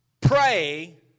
pray